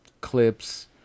clips